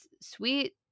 sweet